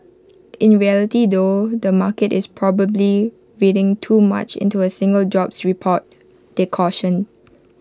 in reality though the market is probably reading too much into A single jobs report they cautioned